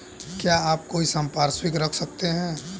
क्या आप कोई संपार्श्विक रख सकते हैं?